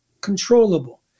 controllable